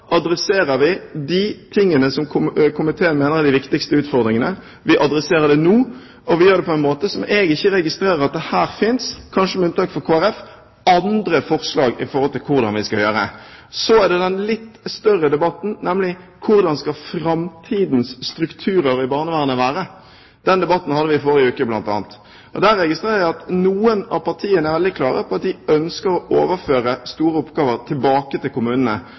Vi adresserer det som komiteen mener er de viktigste utfordringene nå, og vi gjør det på en måte som jeg registrerer at det ikke finnes – kanskje med unntak av Kristelig Folkeparti – andre forslag til hvordan vi skal gjøre. Så er det den litt større debatten, nemlig hvordan framtidens strukturer i barnevernet skal være. Den debatten hadde vi forrige uke, bl.a. Der registrerte jeg at noen av partiene er veldig klare på at de ønsker å overføre store oppgaver tilbake til kommunene,